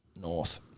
North